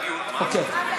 אוקיי.